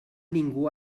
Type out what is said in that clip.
ningú